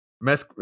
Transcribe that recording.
Meth